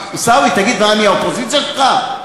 עיסאווי, תגיד, מה, אני האופוזיציה שלך?